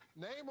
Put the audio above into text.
Name